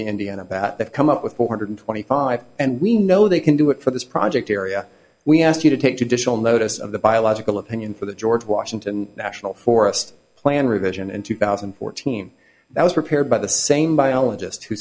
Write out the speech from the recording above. the indiana that they've come up with four hundred twenty five and we know they can do it for this project area we asked you to take judicial notice of the biological opinion for the george washington national forest plan revision in two thousand and fourteen that was prepared by the same biologist